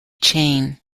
chain